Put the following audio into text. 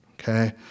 okay